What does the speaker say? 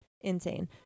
insane